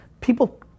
people